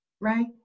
right